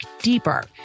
deeper